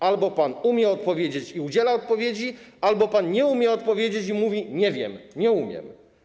Albo pan umie odpowiedzieć i udziela odpowiedzi, albo pan nie umie odpowiedzieć i mówi: nie wiem, nie umiem.